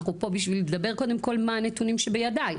אנחנו פה בשביל לדבר קודם כל מה הנתונים שבידיך,